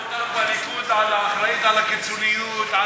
שמו אותך בליכוד האחראית על הקיצוניות?